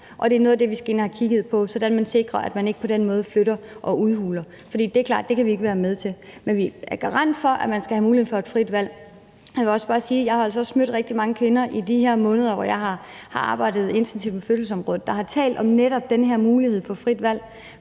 det er noget af det, vi skal have kigget på, sådan at man sikrer, at man ikke på den måde flytter og udhuler, for det er klart, at det kan vi ikke være med til. Men vi er garant for, man skal have mulighed for frit valg. Jeg vil også bare sige, at jeg altså også har mødt rigtig mange kvinder i de her måneder, hvor jeg har arbejdet intensivt med fødselsområdet, og de har netop talt om den her mulighed for frit valg,